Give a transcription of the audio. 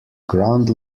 ground